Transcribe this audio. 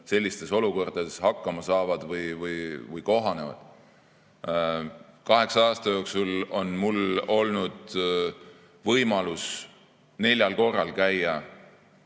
sellistes olukordades hakkama saavad või kohanevad. Kaheksa aasta jooksul on mul olnud võimalus neljal korral käia